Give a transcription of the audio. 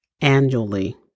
annually